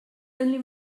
only